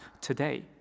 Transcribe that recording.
today